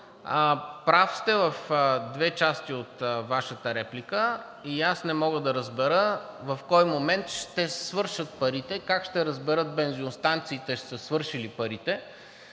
Прав сте в две части от Вашата реплика. И аз не мога да разбера в кой момент ще свършат парите и как ще разберат бензиностанциите, че са свършили парите,